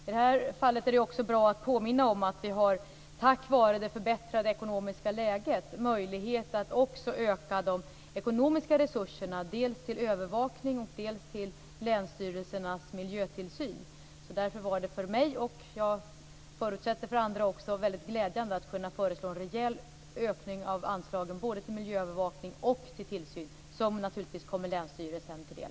I det här fallet är det också bra att påminna om att vi tack vare det förbättrade ekonomiska läget har möjlighet att öka de ekonomiska resurserna dels till övervakning, dels till länsstyrelsernas miljötillsyn. Därför var det för mig och, förutsätter jag, också för andra väldigt glädjande att jag kunde föreslå en rejäl ökning av anslagen både till miljöövervakning och till tillsyn, som naturligtvis kommer länsstyrelsen till del.